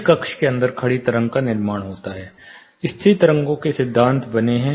इस कक्ष के अंदर खड़ी तरंग का निर्माण होता है स्थिर तरंगों के सिद्धांत बने हैं